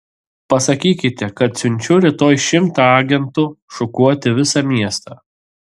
pasakykite kad siunčiu rytoj šimtą agentų šukuoti visą miestą